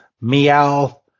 meow